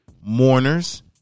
mourners